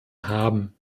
haben